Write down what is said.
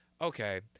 Okay